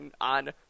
on